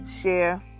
share